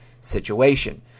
situation